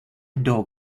dog